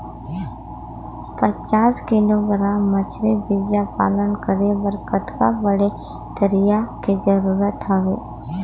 पचास किलोग्राम मछरी बीजा पालन करे बर कतका बड़े तरिया के जरूरत हवय?